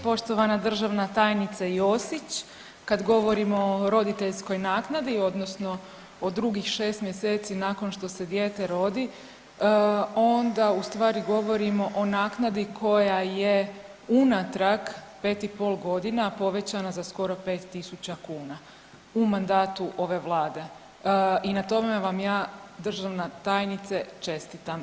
Poštovana državna tajnice Josić, kad govorimo o roditeljskoj naknadi odnosno o drugih 6 mjeseci nakon što se dijete rodi onda u stvari govorimo o naknadi koja je unatrag 5,5 godina povećana za skoro 5.000 kuna u mandatu ove vlade i na tome vam ja državna tajnice čestitam.